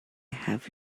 have